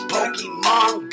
Pokemon